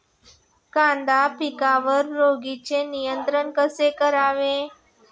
कांदा पिकावरील रोगांचे नियंत्रण कसे करावे?